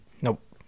Nope